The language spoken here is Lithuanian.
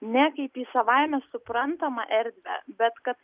ne kaip į savaime suprantamą erdvę bet kad